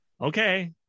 Okay